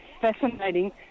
fascinating